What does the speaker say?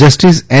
justice N